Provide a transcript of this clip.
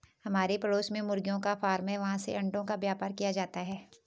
हमारे पड़ोस में मुर्गियों का फार्म है, वहाँ से अंडों का व्यापार किया जाता है